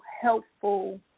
helpful